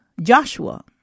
Joshua